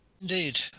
Indeed